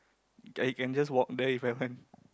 I can just walk there If I want